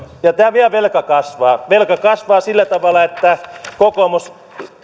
ja vielä velka kasvaa velka kasvaa sillä tavalla että kokoomus